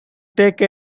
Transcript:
take